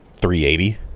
380